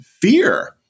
fear